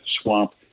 swamp